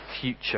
future